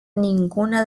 ninguna